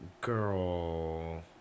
Girl